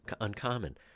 uncommon